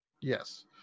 Yes